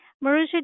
Maruja